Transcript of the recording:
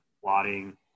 plotting